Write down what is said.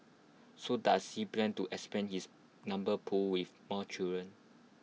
so does he plan to expand his number pool with more children